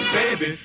baby